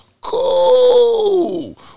Cool